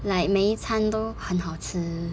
like 每一餐都很好吃